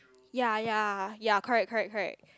ya ya ya correct correct correct